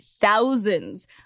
thousands